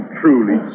truly